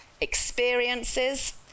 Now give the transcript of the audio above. experiences